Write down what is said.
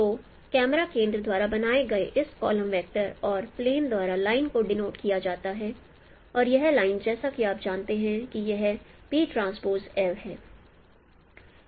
तो कैमरा केंद्र द्वारा बनाए गए इस कॉलम वेक्टर और प्लेन द्वारा लाइन को डीनोट किया जाता है और यह लाइन जैसा कि आप जानते हैं कि यह है